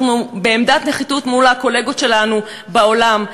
אנחנו בעמדת נחיתות מול הקולגות שלנו בעולם.